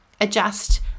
Adjust